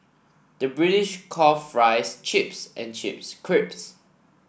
the British calls fries chips and chips crisps